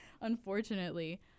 Unfortunately